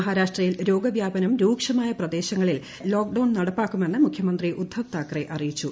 മഹാരാഷ്ട്രയിൽ രോഗവ്യാപനം രൂക്ഷമായ പ്രദേശങ്ങളിൽ ലോക്ക്ഡൌൺ നടപ്പാക്കുമെന്ന് മുഖ്യമന്ത്രി ഉദ്ദവ് താക്കറേ അറിയിച്ചു